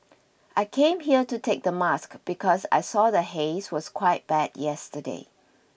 I came here to take the mask because I saw the haze was quite bad yesterday